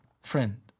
friend